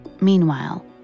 meanwhile